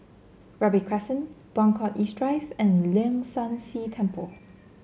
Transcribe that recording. Robey Crescent Buangkok East Drive and Leong San See Temple